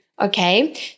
Okay